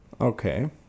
Okay